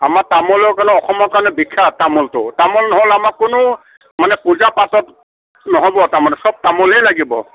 আমাৰ তামোলক ক'লে অসমৰ কাৰণে বিখ্যাত তামোলতো তামোল নহ'লে আমাৰ কোনো মানে পূজা পাতল নহ'ব মানে চব তামোলেই লাগিব